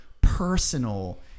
personal